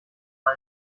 mal